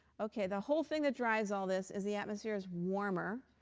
ok, the whole thing that drives all this is the atmosphere is warmer,